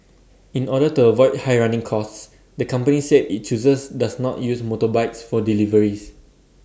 in order to avoid high running costs the company said IT chooses does not use motorbikes for deliveries